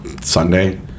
sunday